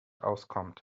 auskommt